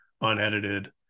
unedited